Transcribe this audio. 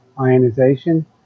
ionization